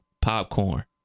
popcorn